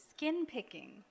skin-picking